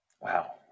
Wow